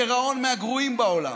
הגירעון, מהגרועים בעולם,